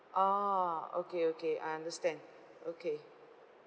ah okay okay I understand okay